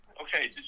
okay